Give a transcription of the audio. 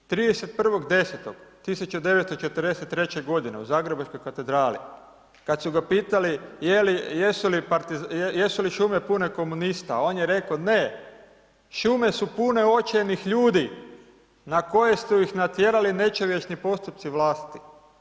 30.10.1943. u Zagrebačkoj katedrali kad su ga pitali jesu li šume pune komunista, on je reko ne, šume su pune očajnih ljudi na koje su ih natjerali nečovječni postupci vlasti.